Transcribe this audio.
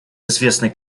известный